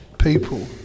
People